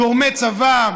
גורמי צבא,